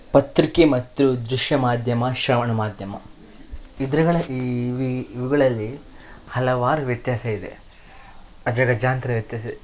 ಪತ್ರಿಕೆ ಮತ್ತು ದೃಶ್ಯ ಮಾಧ್ಯಮ ಶ್ರವಣ ಮಾಧ್ಯಮ ಇದರಗಳ ಈ ಇವುಗಳಲ್ಲಿ ಹಲವಾರು ವ್ಯತ್ಯಾಸ ಇದೆ ಅಜಗಜಾಂತರ ವ್ಯತ್ಯಾಸ